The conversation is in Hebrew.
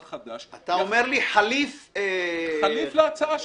חדש --- אתה אומר לי חליף --- חליף להצעה שלך.